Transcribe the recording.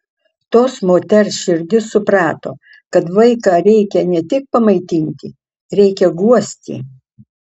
tos moters širdis suprato kad vaiką reikia ne tik pamaitinti reikia guosti